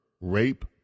rape